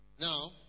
Now